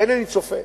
אינני צופה,